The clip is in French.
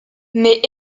mais